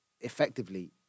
effectively